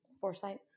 foresight